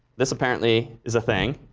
this apparently is a thing.